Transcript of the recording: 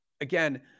again